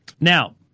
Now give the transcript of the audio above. Now